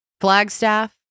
Flagstaff